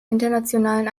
internationalen